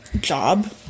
Job